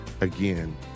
again